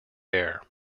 air